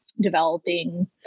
developing